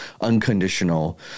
unconditional